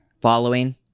Following